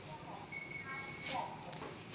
सुनिये ने फूलडाली दए दियै